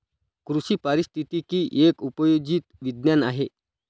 कृषी पारिस्थितिकी एक उपयोजित विज्ञान आहे